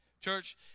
Church